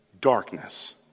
darkness